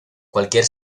cualquier